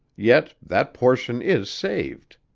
yet that portion is saved.